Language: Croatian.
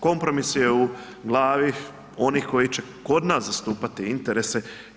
Kompromis je u glavi onih koji će kod nas zastupati interese.